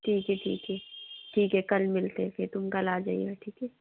ठीक है ठीक है ठीक है कल मिलते हैं फिर तुम कल आ जाना ठीक है